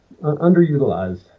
underutilized